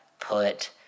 put